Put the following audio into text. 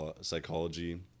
psychology